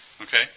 okay